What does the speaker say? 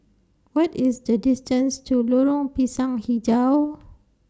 What IS The distance to Lorong Pisang Hijau